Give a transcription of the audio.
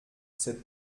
cette